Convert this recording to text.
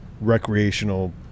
recreational